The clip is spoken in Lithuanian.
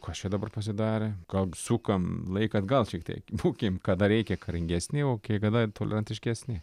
kas čia dabar pasidarė gal sukam laiką atgal šiek tiek būkim kada reikia karingesni o kai kada tolerantiškesni